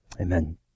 Amen